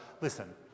listen